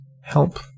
Help